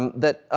that,